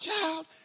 child